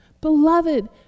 Beloved